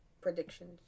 predictions